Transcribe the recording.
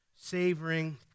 savoring